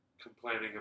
complaining